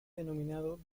denominado